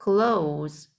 Clothes